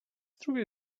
drugiej